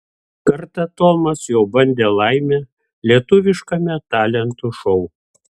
kartą tomas jau bandė laimę lietuviškame talentų šou